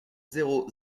zéro